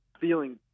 feeling